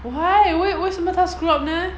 well why wait what's the matter screw up now